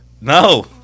No